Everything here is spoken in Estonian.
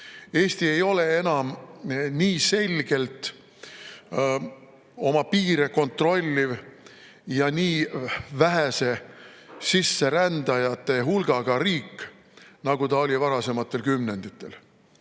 Eesti ei ole enam nii selgelt oma piire kontrolliv ja nii vähese sisserändajate hulgaga riik, nagu ta oli varasematel kümnenditel,